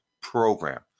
program